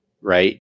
right